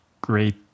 great